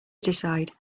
decide